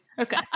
Okay